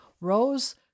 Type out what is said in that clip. Rose